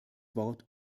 wort